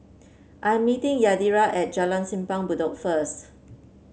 I am meeting Yadira at Jalan Simpang Bedok first